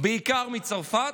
בעיקר מצרפת,